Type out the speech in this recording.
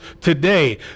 today